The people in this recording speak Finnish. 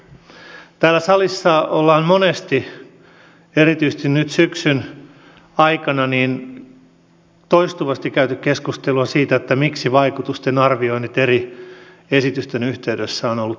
täällä salissa on monesti erityisesti nyt syksyn aikana toistuvasti käyty keskusteluja siitä miksi vaikutusten arvioinnit eri esitysten yhteydessä ovat olleet tekemättä